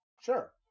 Sure